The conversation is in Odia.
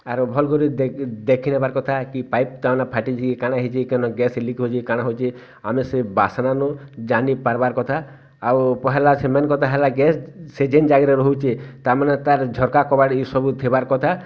ଆରୁ ଭଲ୍ କରି ଦେଖି ଦବାର କଥା କି ପାଇପ୍ କନ ଫାଟିଛି କାଣା ହେଇଛି କାଣା ଗ୍ୟାସ୍ ଲିକ୍ ହଉଛି କାଣା ହଉଛି ଆମେ ସେ ବାସ୍ନାନୁ ଜାଣି ପାରିବାର୍ କଥା ଆଉ ପହେଲା ସେ ମେନ୍ କଥା ହେଲା ଗ୍ୟାସ୍ ସେ ଯେନ୍ ଜାଗାରେ ରହୁଛି ତା'ମାନେ ତା'ର ଝରକା କବାଟ ଏଇ ସବୁ ଥିବାର କଥା